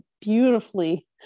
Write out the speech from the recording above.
beautifully